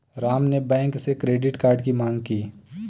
राम ने बैंक से credit card की माँग की